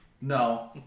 No